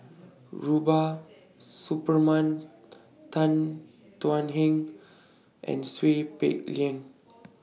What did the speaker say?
Rubiah Suparman Tan Thuan Heng and Seow Peck Leng